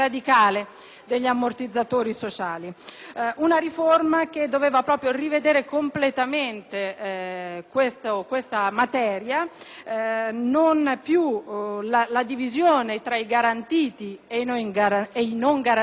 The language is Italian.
degli ammortizzatori sociali; una riforma che doveva rivedere completamente questa materia, eliminando la divisione tra garantiti e non garantiti